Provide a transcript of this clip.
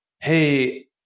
Hey